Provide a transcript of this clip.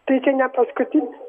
tai čia nepaskutinis